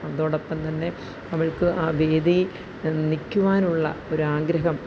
അതോടൊപ്പം തന്നെ അവള്ക്ക് ആ വേദി നിൽക്കുവാനുള്ള ഒരാഗ്രഹം